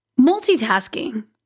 Multitasking